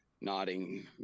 nodding